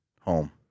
home